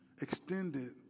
extended